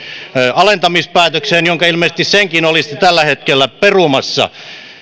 alentamispäätökseen jonka ilmeisesti senkin olisitte tällä hetkellä perumassa